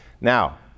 Now